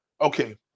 Okay